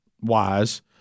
wise